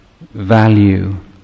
value